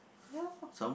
ya